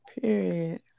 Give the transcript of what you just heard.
Period